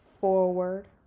forward